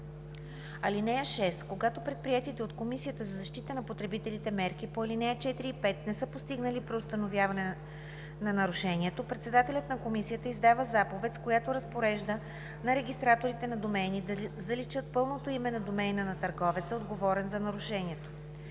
им. (6) Когато предприетите от Комисията за защита на потребителите мерки по ал. 4 и 5 не са постигнали преустановяване на нарушението, председателят на комисията издава заповед, с която разпорежда на регистраторите на домейни да заличат пълното име на домейна на търговеца, отговорен за нарушението.